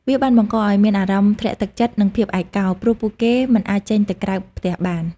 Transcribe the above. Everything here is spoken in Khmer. វាបានបង្កឱ្យមានអារម្មណ៍ធ្លាក់ទឹកចិត្ត និងភាពឯកោ ព្រោះពួកគេមិនអាចចេញទៅក្រៅផ្ទះបាន។